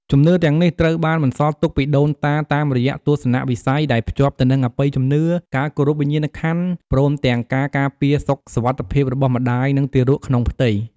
ជំនឿទាំងនេះត្រូវបានបន្សល់ទុកពីដូនតាតាមរយៈទស្សនៈវិស័យដែលភ្ជាប់ទៅនឹងអបិយជំនឿ ការគោរពវិញ្ញាណក្ខន្ធ ព្រមទាំងការការពារសុខសុវត្ថិភាពរបស់ម្តាយ និងទារកក្នុងផ្ទៃ។